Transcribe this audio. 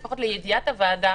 לפחות לידיעת הוועדה,